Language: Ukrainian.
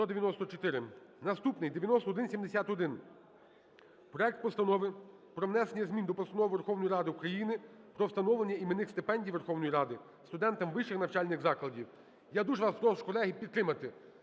Наступний - 9171: проект Постанови про внесення змін до Постанови Верховної Ради України "Про встановлення іменних стипендій Верховної Ради студентам вищих навчальних закладів". Я дуже вас прошу, колеги, підтримати